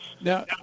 Now